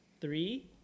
three